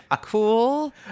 cool